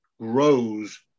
grows